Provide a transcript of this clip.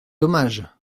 dommage